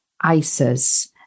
ISIS